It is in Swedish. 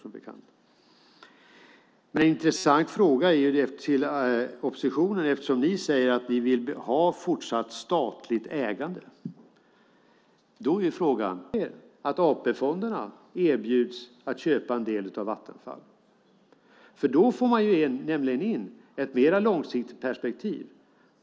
Det här är en intressant fråga för oppositionen eftersom ni säger att ni vill ha fortsatt statligt ägande. Då kommer vi till frågan om AP-fonderna, som hanterar pensionärernas pengar. De är statliga. Kan ni tänka er att AP-fonderna erbjuds att köpa en del av Vattenfall? Då får man in ett mer långsiktigt perspektiv.